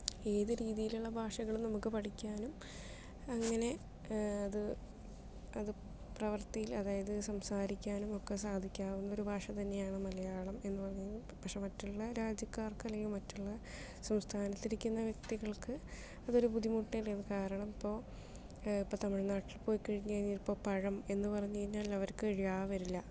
ഏതു രീതിയിലുള്ള ഭാഷകളും നമുക്ക് പഠിക്കാനും അങ്ങനെ അത് അത് പ്രവർത്തിയിൽ അതായത് സംസാരിക്കാനും ഒക്കെ സാധിക്കാവുന്ന ഒരു ഭാഷ തന്നെയാണ് മലയാളം എന്നു പറഞ്ഞാൽ പക്ഷേ മറ്റു രാജ്യക്കാർക്ക് അല്ലെങ്കിൽ മറ്റുള്ള സംസ്ഥാനത്ത് ഇരിക്കുന്ന വ്യക്തികൾക്ക് അതൊരു ബുദ്ധിമുട്ട് തന്നെയാവും കാരണം ഇപ്പോൾ ഇപ്പോൾ തമിഴ്നാട്ടിൽ പോയിക്കഴിഞ്ഞ് കഴിഞ്ഞാൽ ഇപ്പോൾ പഴം എന്നു പറഞ്ഞു കഴിഞ്ഞാൽ അവർക്ക് ഴ വരില്ല